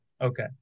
Okay